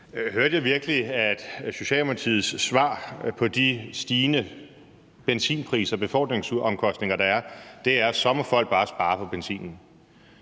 Hørte jeg virkelig, at Socialdemokratiets svar på de stigende benzinpriser og befordringsomkostninger, der er, er, at så må folk bare spare på benzinen?